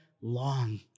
long